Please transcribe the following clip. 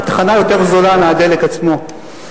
היא יותר זולה מהדלק עצמו.